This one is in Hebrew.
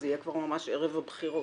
זה יהיה כבר ממש ערב הבחירות.